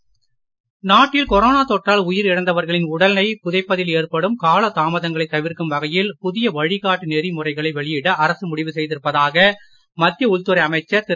அமித் ஷா நாட்டில் கொரோனா தொற்றால் உயிரிழந்தவர்களின் உடலை புதைப்பதில் ஏற்படும் கால தாமதங்களை தவிர்க்கும் வகையில் புதிய வழிகாட்டு நெறிமுறைகளை வெளியிட அரசு முடிவு செய்திருப்பதாக மத்திய உள்துறை அமைச்சர் திரு